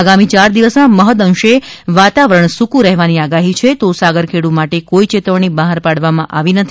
આગામી યાર દિવસમાં મહૃદ અંશે વાતાવરણ સૂકું રહેવાની આગાહી છે તો સાગરખેડુ માટે કોઈ ચેતવણી બહાર પાડવામાં આવી નથી